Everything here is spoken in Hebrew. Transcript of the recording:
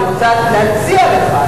אני רוצה להציע לך,